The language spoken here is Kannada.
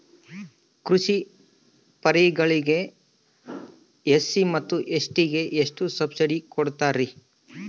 ಕೃಷಿ ಪರಿಕರಗಳಿಗೆ ಎಸ್.ಸಿ ಮತ್ತು ಎಸ್.ಟಿ ಗೆ ಎಷ್ಟು ಸಬ್ಸಿಡಿ ಕೊಡುತ್ತಾರ್ರಿ?